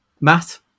Matt